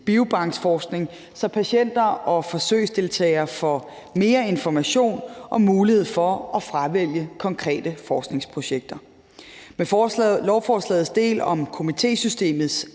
biobanksforskning, så patienter og forsøgsdeltagere får mere information og mulighed for at fravælge konkrete forskningsprojekter. Med lovforslagets del om komitésystemets